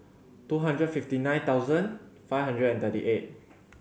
two hundred fifty nine thousand five hundred and thirty eight